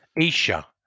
Isha